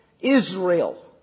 Israel